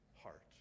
heart